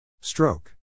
Stroke